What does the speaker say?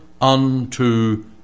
unto